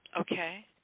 Okay